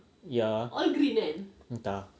ya entah